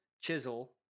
chisel